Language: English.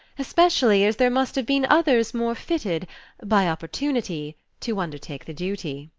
especially as there must have been others more fitted by opportunity to undertake the duty.